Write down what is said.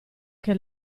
che